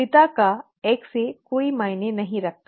पिता का Xa कोई मायने नहीं रखता